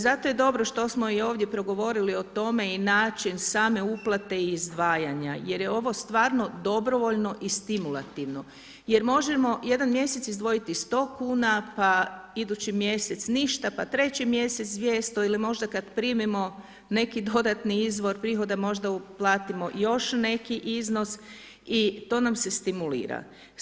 Zato je dobro što smo i ovdje progovorili o tome i način same uplate i izdvajanja jer je ovo stvarno dobrovoljno i stimulativno jer možemo jedan mjesec izdvojiti 100 kuna, pa idući mjesec ništa, pa treći mjesec 200 ili možda kad primimo neki dodatni izvor prihoda možda uplatimo još neki iznos i to nam se stimulira.